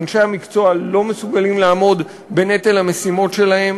אנשי המקצוע לא מסוגלים לעמוד בנטל המשימות שלהם,